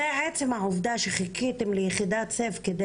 את עצם העובדה שחיכיתם ליחידת 'סיף' כדי